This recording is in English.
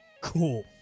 cool